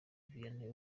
vianney